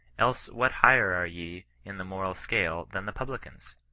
else what higher are ye in the moral scale than the publicans?